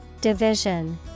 Division